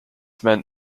meant